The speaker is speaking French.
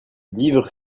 vivre